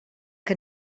que